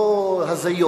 לא הזיות.